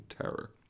Terror